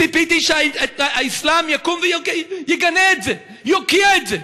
ציפיתי שהאסלאם יקום ויגנה את זה, יוקיע את זה.